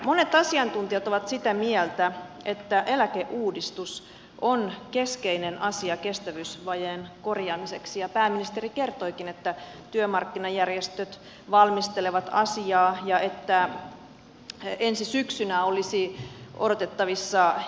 monet asiantuntijat ovat sitä mieltä että eläkeuudistus on keskeinen asia kestävyysvajeen korjaamiseksi ja pääministeri kertoikin että työmarkkinajärjestöt valmistelevat asiaa ja että ensi syksynä olisi odotettavissa tuloksia